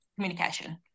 communication